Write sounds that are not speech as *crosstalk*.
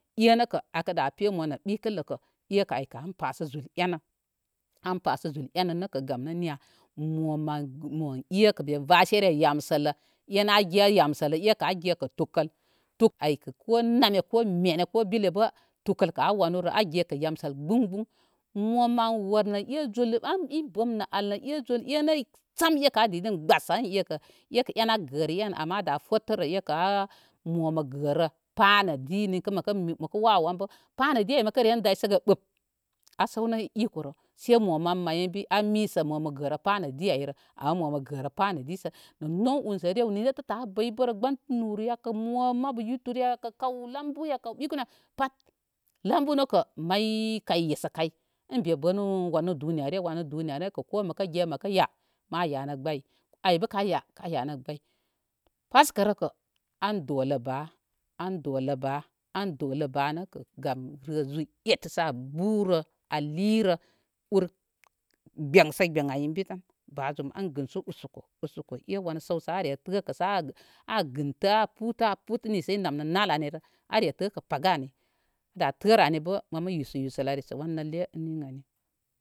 Enə kə akə da pe mə nə gbəkəllə kə an pasə zul enə. An pasə zul enə kə gam nə niya mo mən ekə mə vasere yamsələ e na ágé yamsələ kə a gekə tukəl aikə ko nama ko menə ko bilə bə tukəl kə a wanurə ágé kə yamsəl gbaŋ gbəŋ. Mo mən wəl nə é zul an in gbəm nə ai nə e zul, enə sam ekə a di din gbəsə an ékə é an gərə en ama ada fətərə mo mə gərə pa nə di, ninkə məkə wawəwanbə pá nə di məkəre daysəgə gbəp. A səwnə ikorə sai momən may inbi a misə mo mə gərə pá nədi ayro ama mo mə gərə pá nə di sə nə noy unsərərew nə nettətə a bəybərə mo mabu yutəri ya, kə kaw lambu ya kə kaw ɓikunuya pat. Lambu nə kə, may kay yesə kəy in mi bənu wanu duniya rəre, wanu duniyarə re kə ko məkə ge məkə yá, ma yanə gbəy. Aibə ka ya ka yanə gbəy. Paskərəkə adolə ba an doləbe an dolə ba nə kə gam rə zu tete da burə a lirə ur gbənsə gbən ayibitan ba zum an gənsu usoko, usoko e wan səusə a gəntə a putə a putəni sə i namnə nəl ayro áré təkə pagə ni ada tərə ani bə aa dasə mən nəlle *unintelligible*